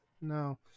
No